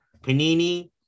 Panini